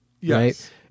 Yes